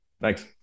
Thanks